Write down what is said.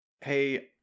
hey